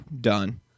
done